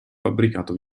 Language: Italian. fabbricato